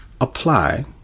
apply